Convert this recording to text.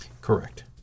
Correct